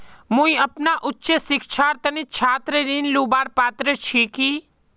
मुई अपना उच्च शिक्षार तने छात्र ऋण लुबार पत्र छि कि?